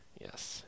Yes